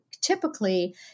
typically